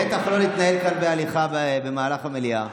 בטח לא להתנהל כאן בהליכה במהלך המליאה.